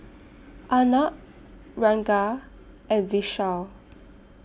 Arnab Ranga and Vishal